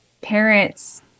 parents